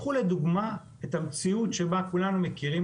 קחו לדוגמה את המציאות שכולנו מכירים